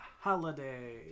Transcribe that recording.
Holiday